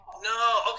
No